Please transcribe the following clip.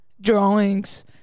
drawings